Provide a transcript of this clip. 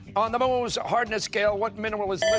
on the mohs hardness scale, what mineral is